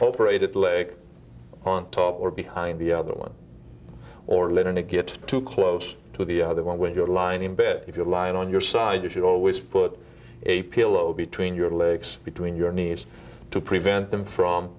good leg on top or behind the other one or later to get too close to the other one when you're lining bed if you're lying on your side you should always put a pillow between your legs between your knees to prevent them from